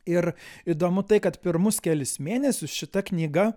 ir įdomu tai kad pirmus kelis mėnesius šita knyga